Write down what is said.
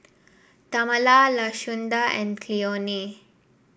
Tamala Lashunda and Cleone